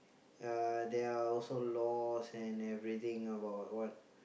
uh there are also laws and everything about what